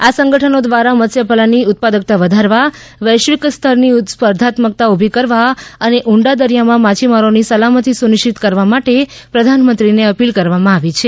આ સંગઠનો દ્વારા મત્સ્યપાલનની ઉત્પાદકતા વધારવા વૈશ્વિકસ્તરની સ્પર્ધાત્મકતા ઉભી કરવા ઊંડા દરિથામાં માછીમારોની સલામતી સુનિશ્ચિત કરવા માટે પ્રધાન મંત્રીને અપીલ કરવામાં આવી છે